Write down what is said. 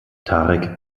tarek